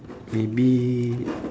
maybe